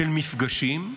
של מפגשים.